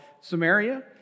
Samaria